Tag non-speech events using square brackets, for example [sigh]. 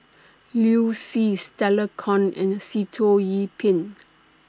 Liu Si Stella Kon and Sitoh Yih Pin [noise]